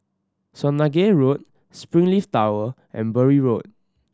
Swanage Road Springleaf Tower and Bury Road